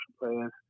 players